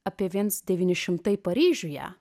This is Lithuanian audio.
apie viens devyni šimtai paryžiuje